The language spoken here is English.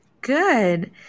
Good